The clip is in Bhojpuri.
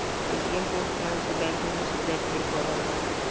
ए.टी.एम के इस्तमाल से बैंकिंग के सुविधा ढेरे बढ़ल बा